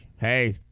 hey